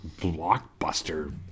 blockbuster